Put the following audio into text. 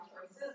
choices